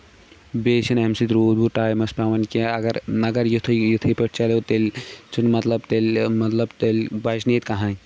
بیٚیہِ چھُ نہٕ اَمہِ سۭتۍ روٗد ووٗد ٹایمَس پیوان کیٚنٛہہ اَگر مَگر یِتھُے یِتھٕے پٲٹھۍ چلیو تیٚلہِ چھُ نہٕ مطلب تیٚلہِ مطلب تیلہِ بَچہِ نہٕ ییٚتہِ کہیٖنۍ